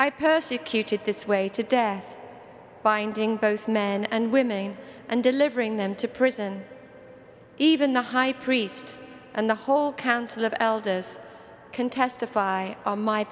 i persecuted this way to death binding both men and women and delivering them to prison even the high priest and the whole council of elders can testify on my